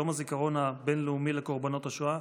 יום הזיכרון הבין-לאומי לקורבנות השואה,